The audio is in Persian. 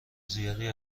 زیادی